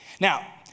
Now